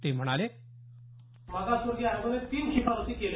ते म्हणाले मागासवर्गीय आयोगानं तीन शिफारशी केल्या